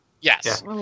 yes